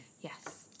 Yes